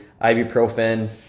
ibuprofen